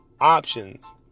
options